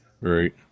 Right